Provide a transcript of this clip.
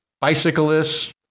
bicyclists